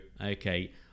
okay